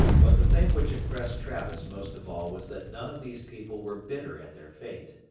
but the thing which impressed travis most of all was that none of these people were bitter at their fate.